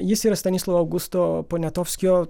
jis yra stanislovo augusto poniatovskio